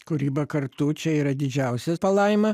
kūryba kartu čia yra didžiausia palaima